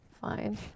Fine